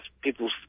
people